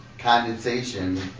condensation